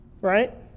right